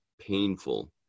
painful